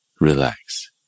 Relax